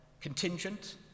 contingent